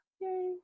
Yay